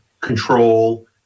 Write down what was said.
control